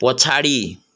पछाडि